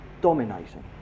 dominating